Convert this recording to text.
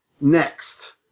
next